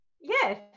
Yes